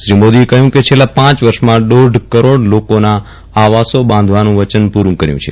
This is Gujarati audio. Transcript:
શ્રી મોદીએ કહ્યું કે છેલ્લાં પાંચ વર્ષમાં દોઢકરોડ લોકોના આવાસો બાંધવાના વચન પૂર્ણ કર્યું છે